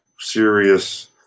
serious